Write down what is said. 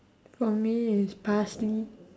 for me is parsley